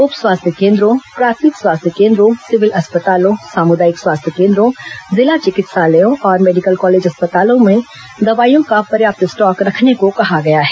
उप स्वास्थ्य केन्द्रों प्राथमिक स्वास्थ्य केन्द्रों सिविल अस्पतालों सामुदायिक स्वास्थ्य केन्द्रों जिला चिकित्सालयों और मेडिकल कॉलेज अस्पतालों में दवाइयों का पर्याप्त स्टॉक रखने को कहा गया है